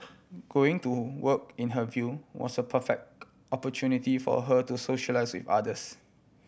going to work in her view was a perfect opportunity for her to socialise with others